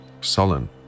sullen